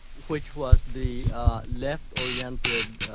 which was the left-oriented